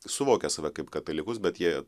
suvokia save kaip katalikus bet jie